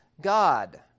God